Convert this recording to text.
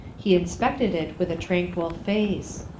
he inspected it with a tranquil face.